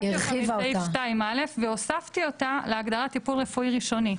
מחקתי אותה מסעיף 2(א) והוספתי אותה להגדרת "טיפול רפואי ראשוני".